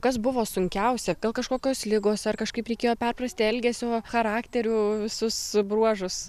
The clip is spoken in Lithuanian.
kas buvo sunkiausia gal kažkokios ligos ar kažkaip reikėjo perprasti elgesio charakterių visus bruožus